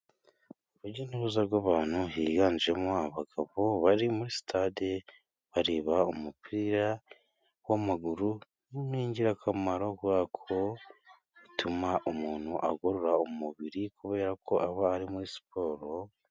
Urujya n'uruza rw'abantu higanjemo abagabo bari muri sitade bareba umupira w'amaguru. Ni ingirakamaro kubera ko ituma umuntu agorora umubiri kubera ko aba ari muri siporo.